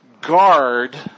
guard